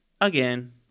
again